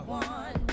one